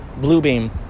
Bluebeam